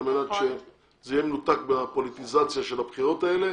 על מנת זה יהיה מנותק מהפוליטיזציה של הבחירות האלה.